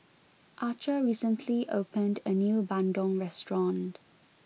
Archer recently opened a new bandung restaurant